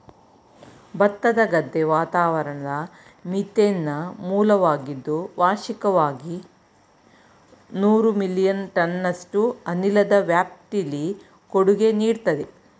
ಭತ್ತದ ಗದ್ದೆ ವಾತಾವರಣದ ಮೀಥೇನ್ನ ಮೂಲವಾಗಿದ್ದು ವಾರ್ಷಿಕವಾಗಿ ನೂರು ಮಿಲಿಯನ್ ಟನ್ನಷ್ಟು ಅನಿಲದ ವ್ಯಾಪ್ತಿಲಿ ಕೊಡುಗೆ ನೀಡ್ತದೆ